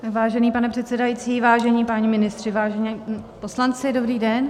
Vážený pane předsedající, vážení páni ministři, vážení poslanci, dobrý den.